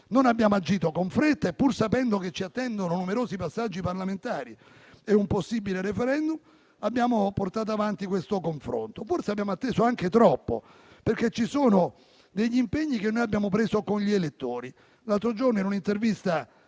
Non abbiamo agito con fretta e, pur sapendo che ci attendono numerosi passaggi parlamentari e un possibile *referendum,* abbiamo portato avanti questo confronto. Forse abbiamo atteso anche troppo, perché abbiamo preso impegni con gli elettori. L'altro giorno, in un'intervista